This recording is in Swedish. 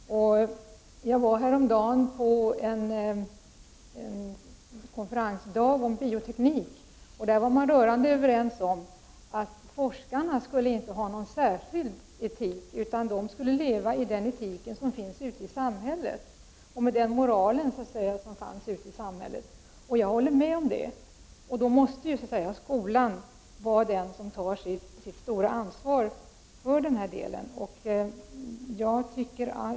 Jag var häromdagen på en konferensdag om bioteknik. Där var man rörande överens om att forskarna inte skulle ha någon särskild etik, utan de skulle leva med den etik och med den moral som finns ute i samhället. Jag håller med om det, och då måste skolan ta sitt stora ansvar för den delen.